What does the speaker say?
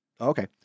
Okay